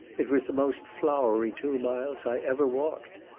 it was the most flowery two miles i ever walked.